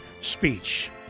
speech